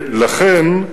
לכן,